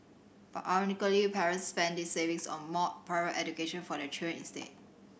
but ironically parents spent these savings on more private education for their children instead